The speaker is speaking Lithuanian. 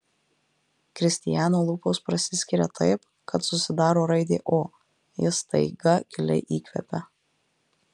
kristijano lūpos prasiskiria taip kad susidaro raidė o jis staiga giliai įkvepia